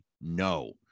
no